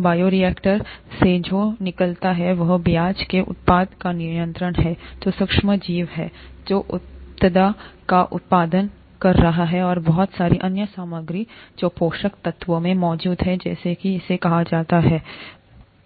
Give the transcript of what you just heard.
तो बायोरिएक्टर से जो निकलता है वह ब्याज के उत्पाद का मिश्रण है जो सूक्ष्म जीव है जो उत्पाद का उत्पादन कर रहा है और बहुत सारी अन्य सामग्री जो पोषक तत्वों में मौजूद है जैसा कि इसे कहा जाता है और